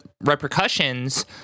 repercussions